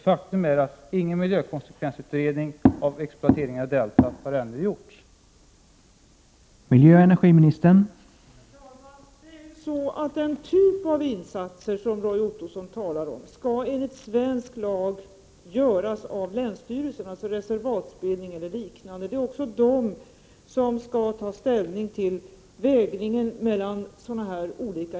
Faktum är att ingen miljökonsekvensutredning beträffande exploateringen av deltat har gjorts ännu.